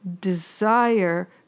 desire